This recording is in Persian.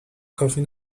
کافی